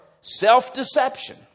self-deception